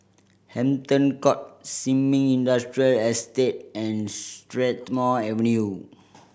Hampton Court Sin Ming Industrial Estate and Strathmore Avenue